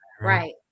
Right